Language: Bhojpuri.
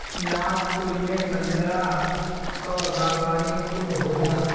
नागपुर में संतरा क बागवानी खूब होला